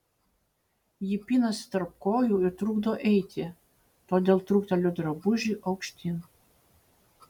ji pinasi tarp kojų ir trukdo eiti todėl trukteliu drabužį aukštyn